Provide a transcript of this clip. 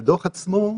לדוח עצמו,